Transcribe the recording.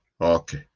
Okay